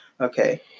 Okay